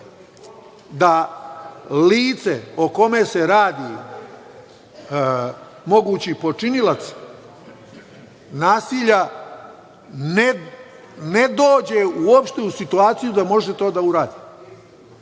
da lice o kome se radi, mogući počinilac nasilja, ne dođe uopšte u situaciju da može to da uradi.